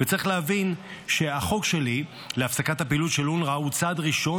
צריך להבין שהחוק שלי להפסקת הפעילות של אונר"א הוא צעד ראשון,